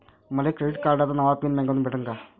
मले क्रेडिट कार्डाचा नवा पिन बँकेमंधून भेटन का?